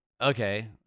okay